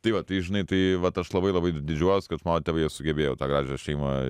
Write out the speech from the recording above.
tai va tai žinai tai vat aš labai labai didžiuojuos kad mano tėvai jie sugebėjo tą gražią šeimą